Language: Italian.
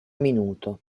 minuto